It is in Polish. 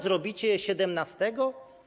Zrobicie je siedemnastego?